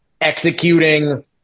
executing